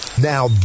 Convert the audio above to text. Now